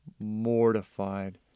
mortified